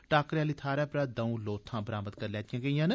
टाकरे आली थाहरै परा दऊं लोथां बरामद करी लैतियां गेइयां न